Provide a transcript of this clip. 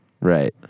Right